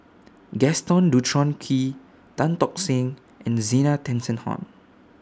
Gaston Dutronquoy Tan Tock Seng and Zena Tessensohn